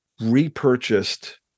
repurchased